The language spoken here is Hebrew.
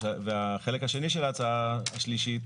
החלק השני של ההצעה השלישית